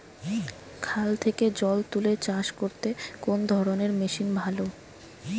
খাল থেকে জল তুলে চাষ করতে কোন ধরনের মেশিন ভালো?